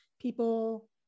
people